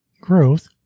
Growth